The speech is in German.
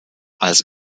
als